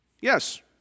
Yes